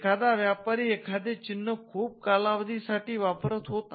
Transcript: एखादा व्यापारी एखादे चिन्ह खूप कालावधी साठी वापरत होता